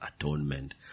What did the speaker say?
atonement